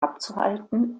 abzuhalten